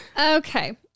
Okay